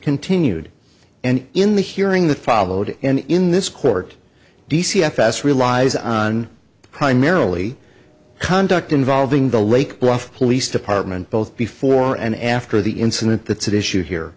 continued and in the hearing that followed and in this court d c fs relies on primarily conduct involving the lake bluff police department both before and after the incident that issue here